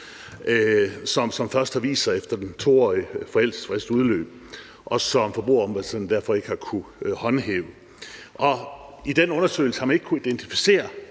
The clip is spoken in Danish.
som først har vist sig, efter den 2-årige forældelsesfrist er udløbet, og som Forbrugerombudsmanden derfor ikke har kunnet håndhæve. I den undersøgelse har man ikke kunnet identificere